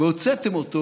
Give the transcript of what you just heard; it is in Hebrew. והוצאתם אותו